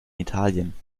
italien